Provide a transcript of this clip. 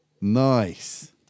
Nice